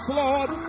lord